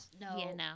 No